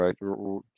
right